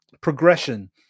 progression